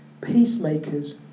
Peacemakers